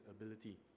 ability